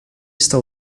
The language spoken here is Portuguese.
está